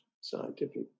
scientific